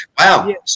Wow